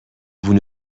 vous